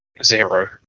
zero